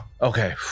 Okay